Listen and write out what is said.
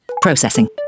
Processing